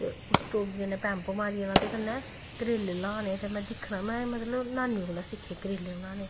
ते स्टोव गी कन्नै पंप मारी जाना ते कन्नै करेले लाह्ने ते में दिक्खना में मतलब नानी कोला सिक्खे करेले बनाने